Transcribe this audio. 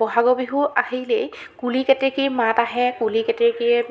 বহাগৰ বিহু আহিলেই কুলি কেতেকীৰ মাত আহে কুলি কেতেকীৰ